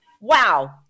wow